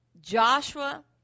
Joshua